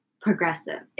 progressive